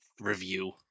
review